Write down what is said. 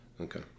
Okay